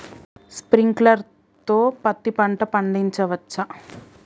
Sprinkler తో పత్తి పంట పండించవచ్చా?